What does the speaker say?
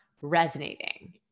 resonating